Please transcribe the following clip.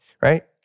Right